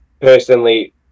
personally